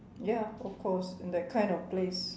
ya of course in that kind of place